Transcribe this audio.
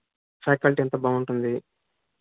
faculty అంతా బాగుంటుంది